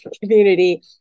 community